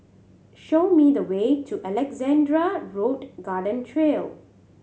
show me the way to Alexandra Road Garden Trail